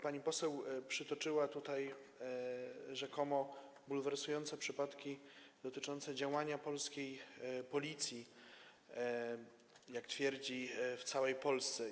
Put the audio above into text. Pani poseł przytoczyła rzekomo bulwersujące przypadki dotyczące działania polskiej Policji, jak twierdzi, w całej Polsce.